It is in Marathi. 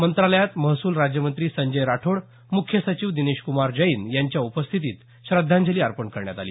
मंत्रालयात महसूल राज्यमंत्री संजय राठोड मुख्य सचिव दिनेश कुमार जैन यांच्या उपस्थितीत श्रद्धाजंली अर्पण करण्यात आली